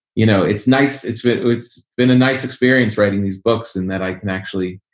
you know, it's nice. it's been it's been a nice experience writing these books and that i can actually.